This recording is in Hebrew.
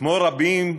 כמו רבים,